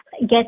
get